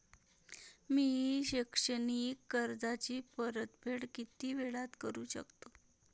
मी शैक्षणिक कर्जाची परतफेड किती वेळात करू शकतो